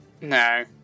No